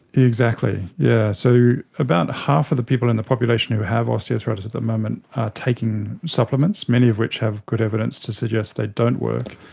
exactly, yes. yeah so about half of the people in the population who have osteoarthritis at the moment are taking supplements, many of which have good evidence to suggest they don't work.